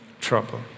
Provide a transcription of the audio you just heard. trouble